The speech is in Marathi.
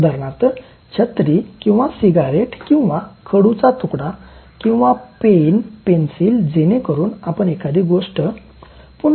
उदाहरणार्थ छत्री किंवा सिगारेट किंवा खडूचा तुकडा किंवा पेन पेन्सिल जेणेकरून आपण एखादी गोष्ट पुन्हा आठवू शकू